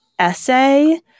essay